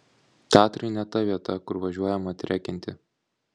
tatrai ne ta vieta kur važiuojama trekinti